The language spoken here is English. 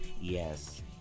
yes